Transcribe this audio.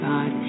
God